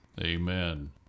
Amen